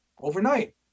overnight